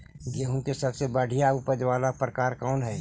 गेंहूम के सबसे बढ़िया उपज वाला प्रकार कौन हई?